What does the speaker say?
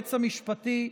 ליועץ המשפטי,